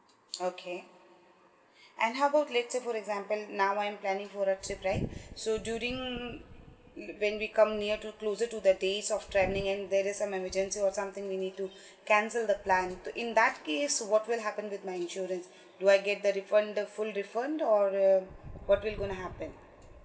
okay and how about later for example now I'm planning for a trip right so during when we come near to closer to the days of travelling and there is a emergency or something we need to cancel the plan in that case what will happen with my insurance do I get the refund the full refund or um what will gonna happen